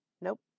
Nope